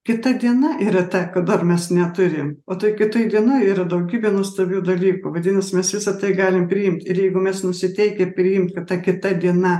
kita diena yra ta ko dar mes neturim o toj kitoj dienoj yra daugybė nuostabių dalykų vadinasi mes visa tai galim priimti ir jeigu mes nusiteikę priimti kad ta kita diena